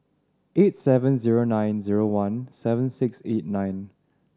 eight seven zero nine zero one seven six eight nine